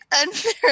unfair